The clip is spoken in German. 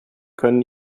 können